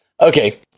Okay